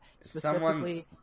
specifically